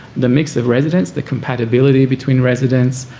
the mix of residents, the compatibility between residents